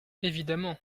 évidemment